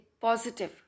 positive